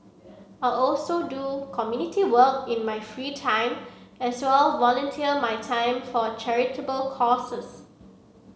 I also do community work in my free time as well volunteer my time for charitable causes